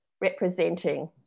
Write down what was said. representing